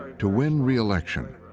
to win reelection,